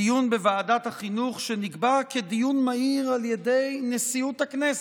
דיון בוועדת החינוך שנקבע כדיון מהיר על ידי נשיאות הכנסת,